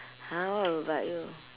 !huh! what will bite you